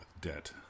debt